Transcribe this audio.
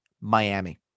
Miami